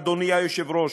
אדוני היושב-ראש,